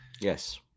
Yes